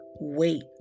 Wait